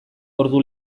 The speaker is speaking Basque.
ordu